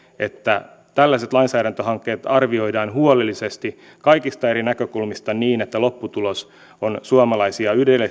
että tällaiset lainsäädäntöhankkeet arvioidaan huolellisesti kaikista eri näkökulmista niin että lopputulos on suomalaisia